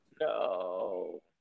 No